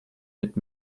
mit